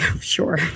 Sure